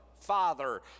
Father